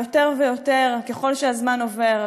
ויותר ויותר כלל שהזמן עובר,